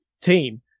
team